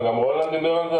וגם רולנד על זה,